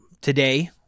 today